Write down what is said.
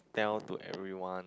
tell to everyone